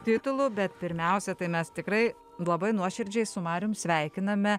titulų bet pirmiausia tai mes tikrai labai nuoširdžiai su marium sveikiname